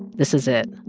this is it.